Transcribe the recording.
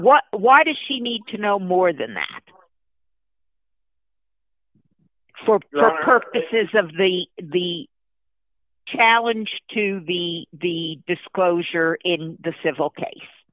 what why does she need to know more than that for purposes of the the challenge to the the disclosure in the civil case